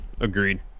Agreed